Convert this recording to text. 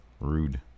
rude